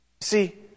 See